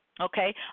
Okay